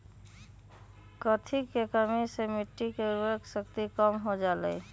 कथी के कमी से मिट्टी के उर्वरक शक्ति कम हो जावेलाई?